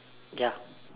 ya